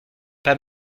pas